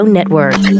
Network